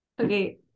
Okay